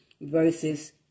versus